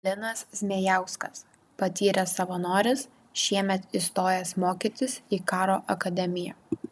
linas zmejauskas patyręs savanoris šiemet įstojęs mokytis į karo akademiją